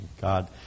God